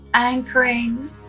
anchoring